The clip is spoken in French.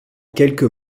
quelques